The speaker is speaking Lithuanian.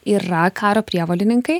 yra karo prievolininkai